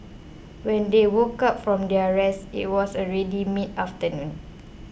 when they woke up from their rest it was already mid afternoon